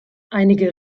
einige